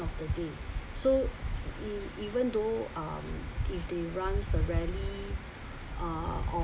of the day so e~ even though um if they runs a rally uh or